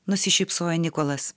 nusišypsojo nikolas